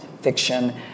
fiction